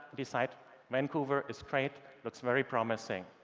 decide vancouver is great, looks very promising.